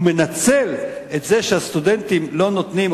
הוא מנצל את זה שהסטודנטים לא נותנים,